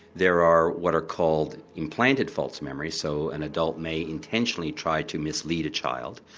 there are what are called implanted false memories so an adult may intentionally try to mislead a child,